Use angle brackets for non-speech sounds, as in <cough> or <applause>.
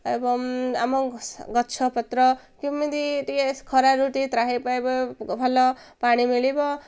ଏବଂ ଆମ <unintelligible> ଗଛପତ୍ର କେମିତି ଟିକେ ଖରାରୁ ଟିକେ ତ୍ରାହୀ ପାଇବ ଭଲ ପାଣି ମିଳିବ